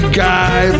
guy